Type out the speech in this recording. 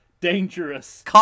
dangerous